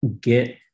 get